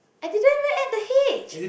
I didn't add the H